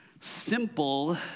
simple